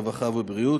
הרווחה והבריאות,